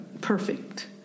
perfect